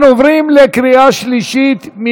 אנחנו עוברים לקריאה שלישית.